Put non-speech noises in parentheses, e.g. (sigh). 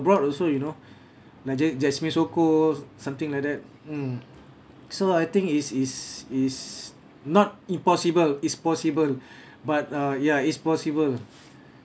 abroad also you know (breath) like jas~ jasmine sokko something like mm so I think is is is not impossible is possible (breath) but uh ya it's possible